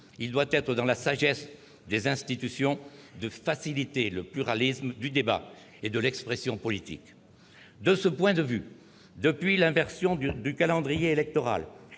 Il doit être dans la sagesse des institutions de faciliter le pluralisme du débat et de l'expression politique. De ce point de vue, depuis l'inversion du calendrier électoral,